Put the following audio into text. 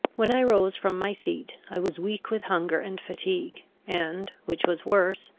when i rose from my seat, i was weak with hunger and fatigue, and, which was worse,